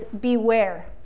beware